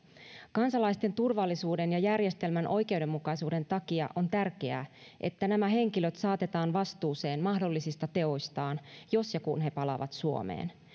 kansalaisten turvallisuuden ja järjestelmän oikeudenmukaisuuden takia on tärkeää että nämä henkilöt saatetaan vastuuseen mahdollisista teoistaan jos ja kun he palaavat suomeen